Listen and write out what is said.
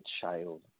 child